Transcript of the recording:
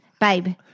Babe